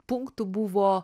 punktų buvo